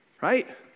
Right